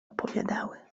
opowiadały